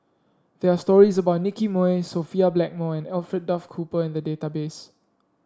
there are stories about Nicky Moey Sophia Blackmore and Alfred Duff Cooper in the database